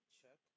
check